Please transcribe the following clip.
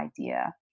idea